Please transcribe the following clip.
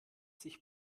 sich